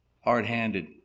hard-handed